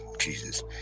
Jesus